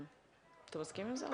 אתה מסכים עם זה?